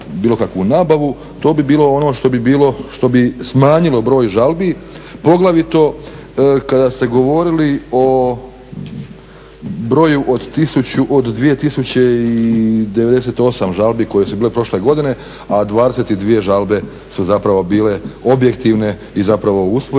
bilo kakvu nabavu, to bi bilo ono što bi bilo, što bi smanjilo broj žalbi poglavito kada ste govorili o broju od 2 098 žalbi koje su bile prošle godine, a 22 žalbe su zapravo bile objektivne i zapravo usvojene,